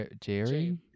Jerry